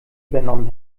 übernommen